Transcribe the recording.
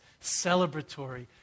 celebratory